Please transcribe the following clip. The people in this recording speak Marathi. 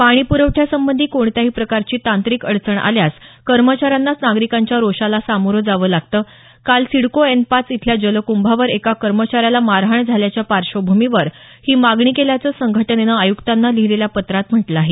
पाणी पुरवठ्यासंबंधी कोणत्याही प्रकारची तांत्रिक अडचण आल्यास कर्मचाऱ्यांनाच नागरिकांच्या रोषाला सामोरं जावं लागतं काल सिडको एन पाच इथल्या जलकुंभावर एका कर्मचाऱ्याला मारहाण झाल्याच्या पार्श्वभूमीवर ही मागणी केल्याचं संघटनेनं आयुक्तांना लिहीलेल्या पत्रात म्हटलं आहे